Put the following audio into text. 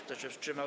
Kto się wstrzymał?